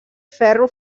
ferro